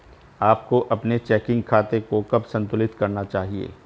आपको अपने चेकिंग खाते को कब संतुलित करना चाहिए?